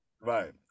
right